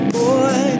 boy